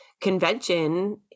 convention